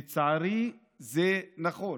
לצערי, זה נכון.